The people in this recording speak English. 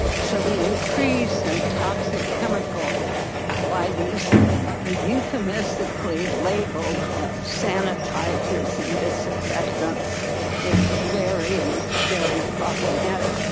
so the increase in toxic chemicals by these ah euphemistically labeled sanitizers and disinfectants is very, very problematic.